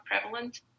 prevalent